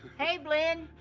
hey blynn,